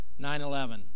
9-11